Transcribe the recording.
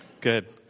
good